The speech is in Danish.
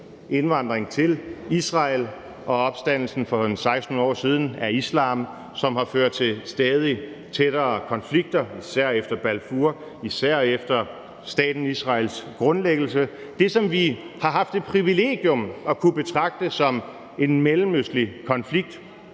indvandring til Israel og opstandelsen af islam for 16 år siden, som har ført til stadig tættere konflikter, især efter Balfour og især efter staten Israels grundlæggelse, det, som vi har haft det privilegium at kunne betragte som en mellemøstlig konflikt,